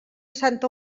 santa